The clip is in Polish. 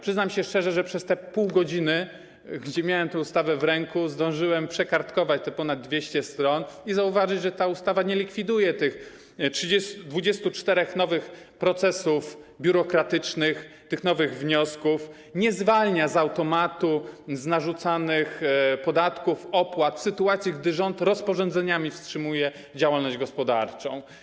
Przyznam się szczerze, że przez te 0,5 godziny, kiedy miałem tę ustawę w ręku, zdążyłem przekartkować te ponad 200 stron i zauważyć, że ta ustawa nie likwiduje tych 24 nowych procesów biurokratycznych, tych nowych wniosków, nie zwalnia z automatu z narzucanych podatków, opłat, w sytuacji gdy rząd rozporządzeniami wstrzymuje działalność gospodarczą.